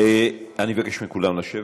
אני מבקש מכולם לשבת.